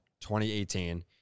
2018